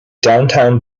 downtown